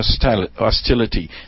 hostility